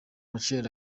rachel